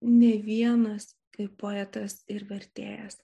ne vienas kaip poetas ir vertėjas